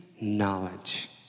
knowledge